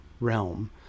realm